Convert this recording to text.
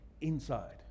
inside